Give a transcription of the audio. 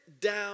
down